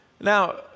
Now